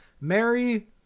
Mary